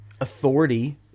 authority